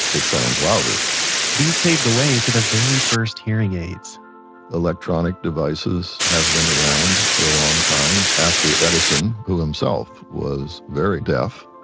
it sounds louder these paved the way for the very first hearing aids electronic devices have been around for a long time after edison who himself was very deaf.